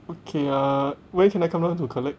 okay uh where can I come down to collect